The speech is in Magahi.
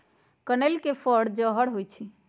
कनइल के फर जहर होइ छइ